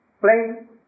Plane